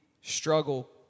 struggle